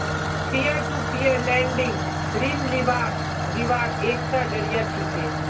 peer to peer lending ऋण लीबार दिबार एकता जरिया छिके